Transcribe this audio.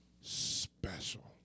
special